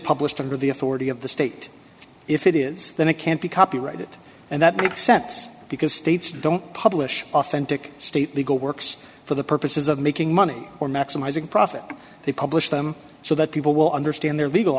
published under the authority of the state if it is then it can't be copyrighted and that makes sense because states don't publish authentic state legal works for the purposes of making money or maximizing profit they publish them so that people will understand their legal